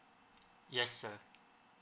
yes sir